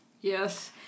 Yes